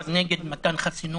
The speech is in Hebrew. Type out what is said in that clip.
הוא היה נגד חסינות.